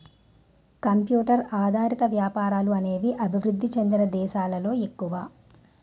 computer ఆధారిత వ్యాపారాలు అనేవి అభివృద్ధి చెందిన దేశాలలో ఎక్కువ